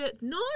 No